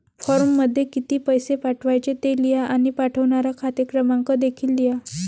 फॉर्ममध्ये किती पैसे पाठवायचे ते लिहा आणि पाठवणारा खाते क्रमांक देखील लिहा